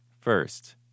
First